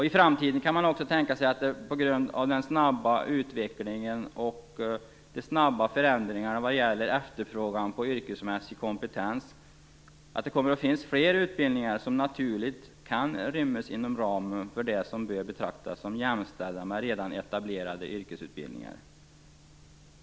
I framtiden kan man också tänka sig att det på grund av den snabba utvecklingen och de snabba förändringarna vad gäller efterfrågan på yrkesmässig kompetens kommer att finnas flera utbildningar som naturligt kan rymmas inom ramen för dem som bör betraktas som jämställda med redan etablerade yrkesutbildningar.